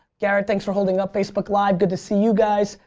garrett, thanks for holding up facebook live. good to see you guys.